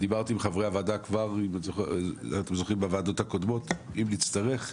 דיברתי עם חברי הוועדה בישיבות הקודמות ואם נצטרך,